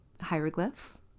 hieroglyphs